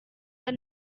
are